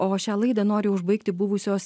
o šią laidą noriu užbaigti buvusios